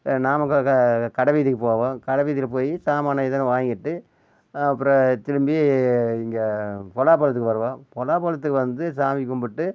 நாமக்கல் கடைவீதிக்கு போவோம் கடைவீதியில போய் சாமானை இதெல்லாம் வாங்கிட்டு அப்புறம் திரும்பி இங்கே கொடாபாலத்துக்கு வருவோம் கொடாபாலத்துக்கு வந்து சாமி கும்பிட்டு